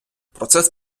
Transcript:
процес